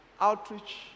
Outreach